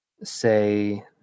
say